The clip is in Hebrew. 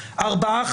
ארבעה,